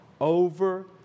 over